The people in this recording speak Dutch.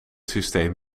systeem